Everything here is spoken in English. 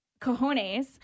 cojones